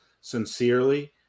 sincerely